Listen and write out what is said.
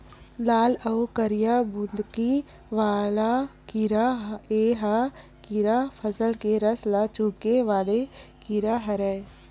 लाल अउ करिया बुंदकी वाला कीरा ए ह कीरा फसल के रस ल चूंहके वाला कीरा हरय